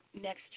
next